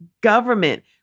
government